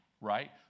right